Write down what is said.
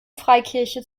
freikirche